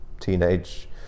teenage